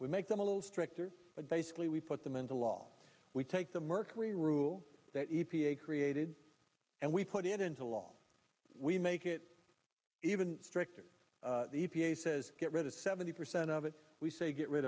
we make them a little stricter but basically we put them into law we take the mercury rules that e t a created and we put it into law we make it even stricter the e p a says get rid of seventy percent of it we say get rid